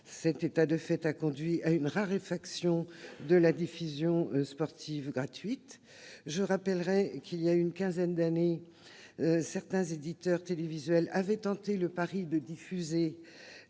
Cet état de fait a conduit à une raréfaction de la diffusion sportive gratuite. Je rappellerai que, voici une quinzaine d'années, certains éditeurs télévisuels avaient tenté le pari de diffuser